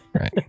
Right